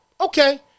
Okay